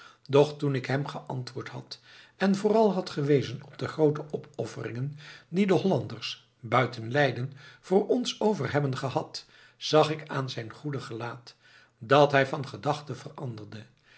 doch toen ik hem geantwoord had en vooral had gewezen op de groote opofferingen die de hollanders buiten leiden voor ons over hebben gehad zag ik aan zijn goedig gelaat dat hij van gedachten veranderde